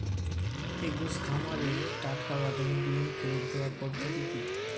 Eggoz খামারের টাটকা বাদামী ডিম ফেরত দেওয়ার পদ্ধতি কী